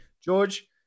george